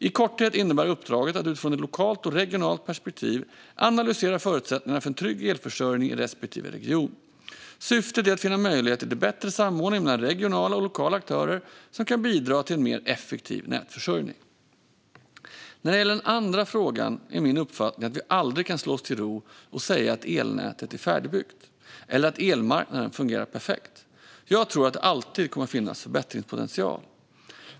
I korthet innebär uppdraget att, utifrån ett lokalt och regionalt perspektiv, analysera förutsättningarna för en trygg elförsörjning i respektive region. Syftet är att finna möjligheter till bättre samordning mellan regionala och lokala aktörer som kan bidra till en mer effektiv nätförsörjning. När det gäller den andra frågan är min uppfattning att vi aldrig kan slå oss till ro och säga att elnätet är färdigbyggt eller att elmarknaden fungerar perfekt. Jag tror att det alltid kommer att finnas förbättringspotential.